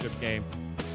game